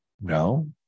No